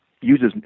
uses